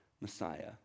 Messiah